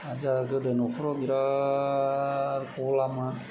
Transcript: जोंहा गोदो न'खराव बिराद गलाममोन